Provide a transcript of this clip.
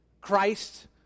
Christ